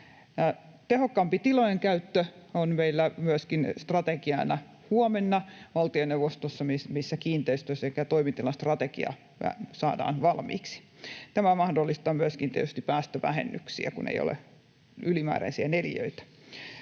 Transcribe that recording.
Tehokkaampi tilojen käyttö on meillä myöskin strategiana huomenna valtioneuvostossa, missä kiinteistö- sekä toimitilastrategia saadaan valmiiksi. Tämä mahdollistaa myöskin tietysti päästövähennyksiä, kun ei ole ylimääräisiä neliöitä.